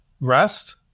rest